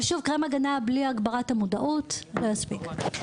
אבל שוב קרם הגנה ללא הגברת המודעות לא יספיק.